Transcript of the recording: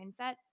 mindset